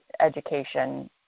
education